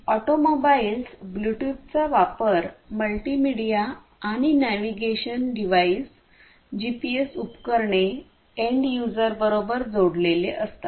automobiles ब्लूटूथचा वापर multimedia आणि नेवीगेशन डिव्हाइस जीपीएस उपकरणे इंड यूजरबरोबर जोडलेले असतात